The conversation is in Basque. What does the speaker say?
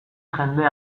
jende